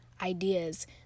ideas